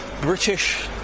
British